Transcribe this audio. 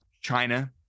China